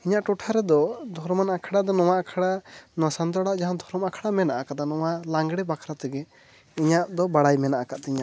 ᱤᱧᱟᱹᱜ ᱴᱚᱴᱷᱟ ᱨᱮᱫᱚ ᱫᱷᱚᱨᱚᱢᱟᱱ ᱟᱠᱷᱲᱟ ᱫᱚ ᱱᱚᱣᱟ ᱟᱠᱷᱲᱟ ᱱᱚᱣᱟ ᱥᱟᱱᱛᱟᱲᱟᱜ ᱡᱟᱦᱟᱸ ᱫᱷᱚᱨᱚᱢ ᱟᱠᱷᱲᱟ ᱢᱮᱱᱟᱜ ᱟᱠᱟᱫᱟ ᱱᱚᱣᱟ ᱞᱟᱜᱽᱲᱮ ᱵᱟᱠᱷᱨᱟ ᱛᱮᱜᱮ ᱤᱧᱟᱹᱜ ᱫᱚ ᱵᱟᱲᱟᱭ ᱢᱮᱱᱟᱜ ᱟᱠᱟᱫ ᱛᱤᱧᱟᱹ